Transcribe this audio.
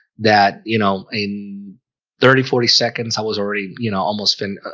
that you know in thirty forty seconds. i was already, you know, almost been